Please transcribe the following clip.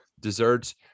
desserts